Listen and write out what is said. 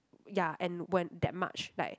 ya and when that much like